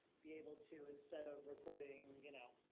be able to instead of recording, you know,